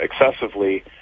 excessively